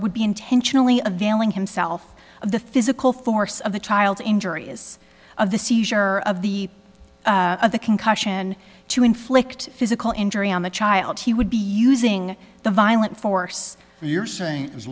would be intentionally availing himself of the physical force of the child's injury is of the seizure of the of the concussion to inflict physical injury on the child he would be using the violent force